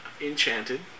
enchanted